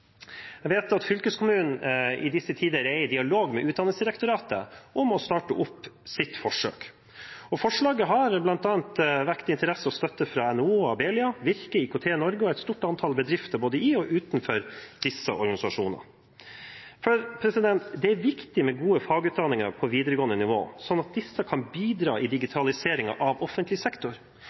Jeg vet at fylkeskommunen i disse tider er i dialog med Utdanningsdirektoratet om å starte opp sitt forsøk, og forslaget har bl.a. vakt interesse og fått støtte fra NHO, Abelia, Virke, IKT-Norge og et stort antall bedrifter både i og utenfor disse organisasjonene. Det er viktig med gode fagutdanninger på videregående nivå, slik at disse kan bidra i digitaliseringen av offentlig sektor,